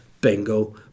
bingo